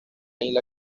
isla